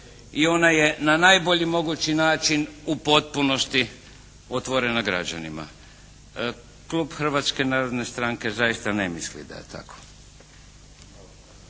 i ona je na najbolji mogući način u potpunosti otvorena građanima. Klub Hrvatske narodne stranke zaista ne misli da je tako.